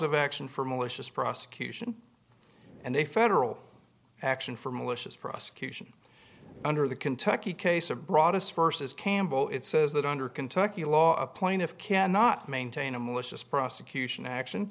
of action for malicious prosecution and a federal action for malicious prosecution under the kentucky case are brought us vs campbell it says that under kentucky law a plaintiff cannot maintain a malicious prosecution action